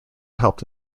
helped